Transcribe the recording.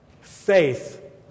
Faith